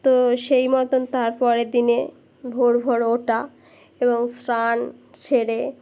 তো সেই মতন তারপরে দিনে ভোর ভোর ওঠা এবং স্নান সেরে